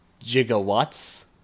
gigawatts